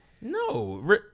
no